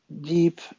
deep